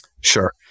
Sure